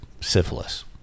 syphilis